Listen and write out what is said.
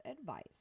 advice